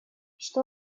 что